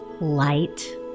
light